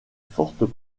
fortes